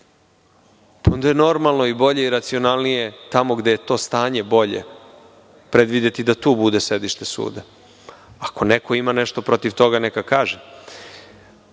onda je i normalno i bolje i racionalnije, tamo gde je to stanje bolje, predvideti da tu bude sedište suda. Ako neko ima nešto protiv toga, neka kaže,